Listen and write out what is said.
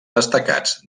destacats